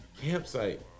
campsite